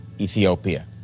Ethiopia